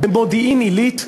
במודיעין-עילית,